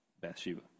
Bathsheba